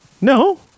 No